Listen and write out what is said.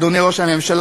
אדוני ראש הממשלה,